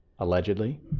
Allegedly